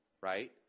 right